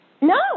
No